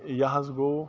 یہِ حظ گوٚو